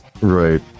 right